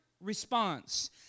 response